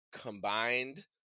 combined